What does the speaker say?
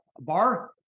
bar